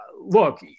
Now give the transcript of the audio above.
look